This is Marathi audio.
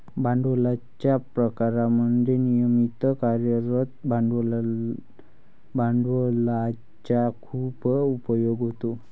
भांडवलाच्या प्रकारांमध्ये नियमित कार्यरत भांडवलाचा खूप उपयोग होतो